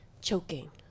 choking